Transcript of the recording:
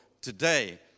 today